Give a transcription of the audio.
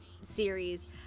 series